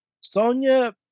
Sonya